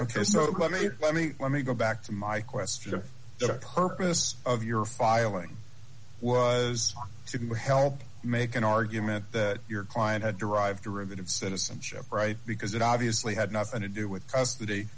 ok so let me let me let me go back to my question of the purpose of your filing was to help make an argument that your client had derived derivative citizenship right because it obviously had nothing to do with custody